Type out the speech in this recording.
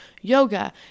yoga